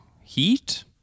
Heat